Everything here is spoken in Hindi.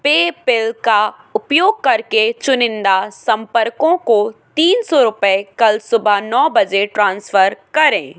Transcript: पेपैल का उपयोग करके चुनिंदा संपर्कों को तीन सौ रुपये कल सुबह नौ बजे ट्रांसफर करें